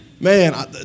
Man